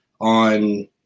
on